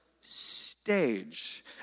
stage